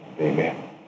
Amen